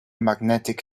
magnetic